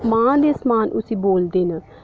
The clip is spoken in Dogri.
मां दे मां दी बोलदे न